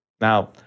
Now